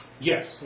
Yes